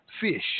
fish